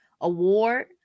Award